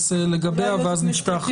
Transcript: לגביו.